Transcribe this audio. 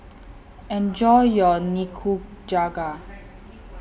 Enjoy your Nikujaga